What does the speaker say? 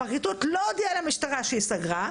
הפרקליטות לא הודיעה למשטרה שהיא סגרה,